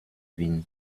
wind